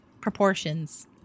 proportions